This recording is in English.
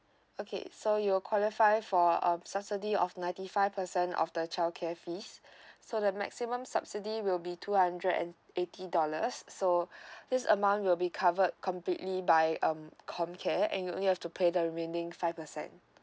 okay so you will qualify for um subsidy of ninety five percent of the childcare fees so the maximum subsidy will be two hundred and eighty dollars so this amount will be covered completely by um ComCare and you only have to pay the remaining five percent